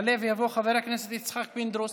יעלה ויבוא חבר הכנסת יצחק פינדרוס.